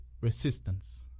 resistance